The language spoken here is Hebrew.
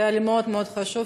זה היה לי מאוד מאוד חשוב,